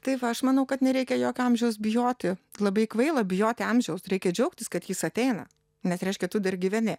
tai va aš manau kad nereikia jokio amžiaus bijoti labai kvaila bijoti amžiaus reikia džiaugtis kad jis ateina nes reiškia tu dar gyveni